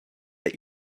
that